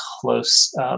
close